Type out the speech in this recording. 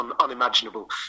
unimaginable